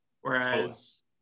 Whereas